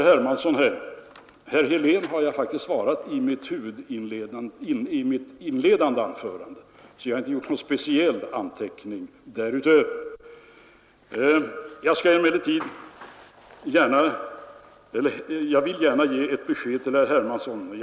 Herr Helén har jag faktiskt redan svarat i den inledande delen av mitt anförande, och jag har inte gjort någon speciell anteckning därutöver. Jag vill gärna ge ett besked till herr Hermansson, även om jag inte kan se honom i kammaren.